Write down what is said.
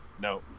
No